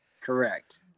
Correct